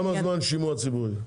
כמה זמן שימוע ציבורי?